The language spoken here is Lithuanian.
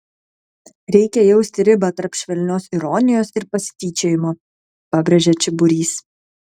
reikia jausti ribą tarp švelnios ironijos ir pasityčiojimo pabrėžia čiburys